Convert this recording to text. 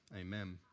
Amen